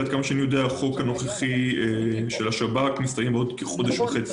כי עד כמה שאני יודע החוק הנוכחי של השב"כ מסתיים עוד כחודש וחצי.